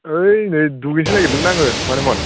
ओइ नै दुगैनोसो नागेरदोंमोन आङो मानोमोन